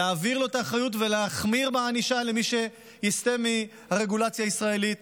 להעביר לו את האחריות ולהחמיר בענישה עם מי שיסטה מהרגולציה הישראלית.